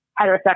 heterosexual